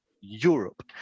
Europe